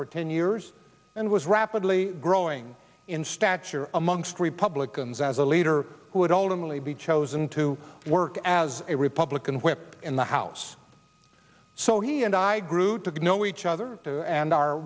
for ten years and was rapidly growing in stature amongst republicans as a leader who would ultimately be chosen to work as a republican whip in the house so he and i grew to know each other and our